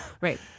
right